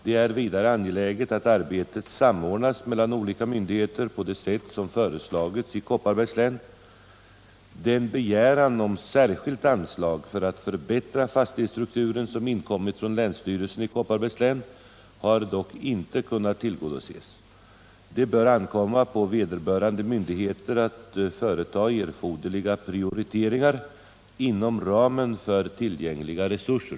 Det är vidare angeläget att arbetet samordnas mellan olika myndigheter på det sätt som föreslagits i Kopparbergs län. Den begäran om särskilt anslag för att förbättra fastighetsstrukturen som inkommit från länsstyrelsen i Kopparbergs län har dock inte kunnat tillgodoses. Det bör ankomma på vederbörande myndigheter att företa erforderliga prioriteringar inom ramen för tillgängliga resurser.